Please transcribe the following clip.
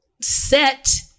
set